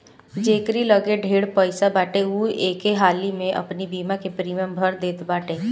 जकेरी लगे ढेर पईसा बाटे उ एके हाली में अपनी बीमा के प्रीमियम भर देत बाटे